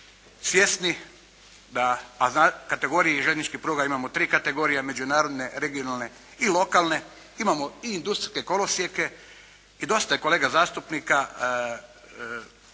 svjesni da, a u kategoriji željezničkih pruga imamo tri kategorije: međunarodne, regionalne i lokalne. Imamo i industrijske kolosijeke. I dosta je kolega zastupnika u